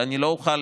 ואני לא אוכל